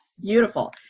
Beautiful